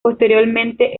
posteriormente